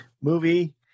movie